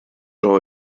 dro